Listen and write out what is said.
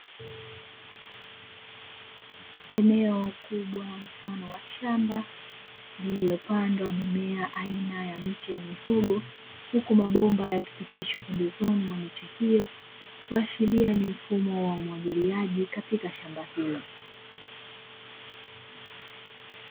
Eneo kubwa mfano wa shamba lililopandwa mimea aina ya miche ya mihogo huku mabomba yakipitishwe pembezoni mwa miche hiyo, kuashiria ni mfumo wa umwagiliaji katika shamba hilo.